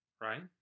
right